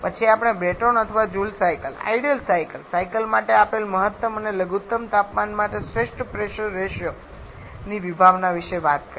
પછી આપણે બ્રેટોન અથવા Joule cycle ideal cycle cycle માટે આપેલ મહત્તમ અને લઘુત્તમ તાપમાન માટે શ્રેષ્ઠ પ્રેશર રેશિયો ની વિભાવના વિશે વાત કરી